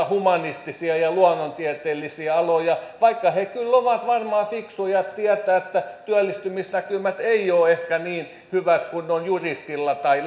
humanistisia ja ja luonnontieteellisiä aloja vaikka he kyllä ovat varmaan fiksuja ja tietävät että työllistymisnäkymät eivät ole ehkä niin hyvät kuin on juristilla tai